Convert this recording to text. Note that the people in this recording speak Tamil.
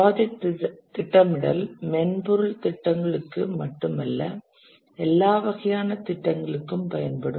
ப்ராஜெக்ட் திட்டமிடல் மென்பொருள் திட்டங்களுக்கு மட்டுமல்ல எல்லா வகையான திட்டங்களுக்கும் பயன்படும்